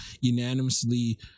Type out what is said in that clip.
unanimously